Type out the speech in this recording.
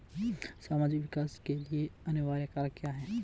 सामाजिक विकास के लिए अनिवार्य कारक क्या है?